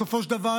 בסופו של דבר,